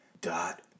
dot